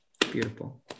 beautiful